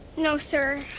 no sir,